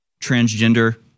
transgender